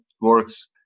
works